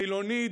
חילוני,